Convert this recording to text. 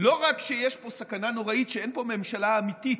לא רק שיש פה סכנה נוראית שאין פה ממשלה אמיתית,